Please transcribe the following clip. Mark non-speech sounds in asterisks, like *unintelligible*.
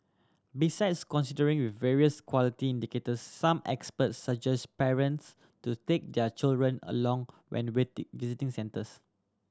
besides considering various quality indicators some experts suggest parents to take their children along when *unintelligible* visiting centres